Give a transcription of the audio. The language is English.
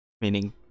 meaning